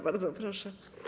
Bardzo proszę.